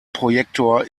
projektor